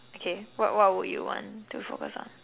okay what what would you want to focus on